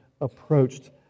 approached